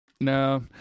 no